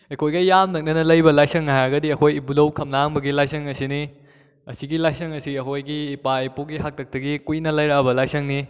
ꯑꯩꯈꯣꯏꯒ ꯌꯥꯝ ꯅꯛꯅꯅ ꯂꯩꯕ ꯂꯥꯏꯁꯪ ꯍꯥꯏꯔꯒꯗꯤ ꯑꯩꯈꯣꯏ ꯏꯕꯨꯗꯧ ꯈꯝꯂꯥꯡꯕꯒꯤ ꯂꯥꯏꯁꯪ ꯑꯁꯤꯅꯤ ꯑꯁꯤꯒꯤ ꯂꯥꯏꯁꯪ ꯑꯁꯤ ꯑꯩꯈꯣꯏꯒꯤ ꯏꯄꯥ ꯏꯄꯨꯒꯤ ꯍꯥꯛꯇꯛꯇꯒꯤ ꯀꯨꯏꯅ ꯂꯩꯔꯛꯂꯕ ꯂꯥꯏꯁꯪꯅꯤ